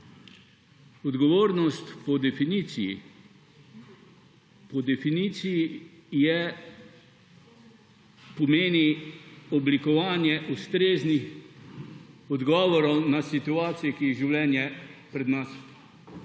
definiciji, po definiciji je, pomeni oblikovanje ustreznih odgovorov na situacije, ki jih življenje pred nas postavi.